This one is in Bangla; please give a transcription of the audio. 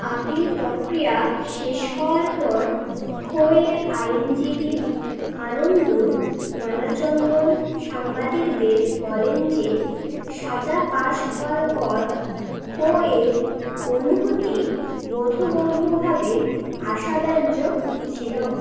আপিল প্রক্রিয়া শেষ হওয়ার পর খো এর আইনজীবী আনন্দ নালাচন্দন সাংবাদিকদের বলেন যে সাজা পাশ হওয়ার পর খো এর অনুভূতি বোধগম্যভাবে আশাব্যঞ্জক ছিলো